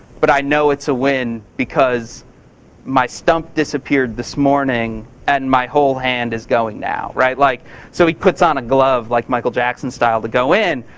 but i know it's a win because my stump disappeared this morning and my whole hand is going now. like so he puts on a glove like michael jackson style to go in.